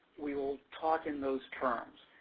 we will talk in those terms.